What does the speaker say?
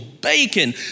bacon